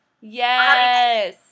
Yes